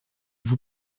vous